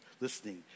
listening